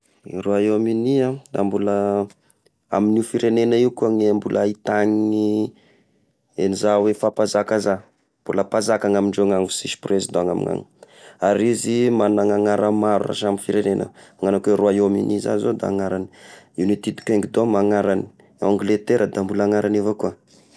I Royaume-Uni ah da mbola amin'io firegnena io koa ny mbola ahita ny izao faha mpanzaka za, mbola mpanzaka ny amindreo agny fa sisy président ny amin'ny agny, ary izy magnana agnara maro raha samy firegnena, magnana koa i Royaume-Uni za zao de agnarany, United Kingdom agnarany, Angletera da mbola agnarany avao koa.